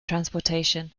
transportation